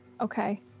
Okay